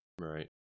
Right